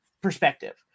perspective